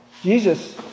Jesus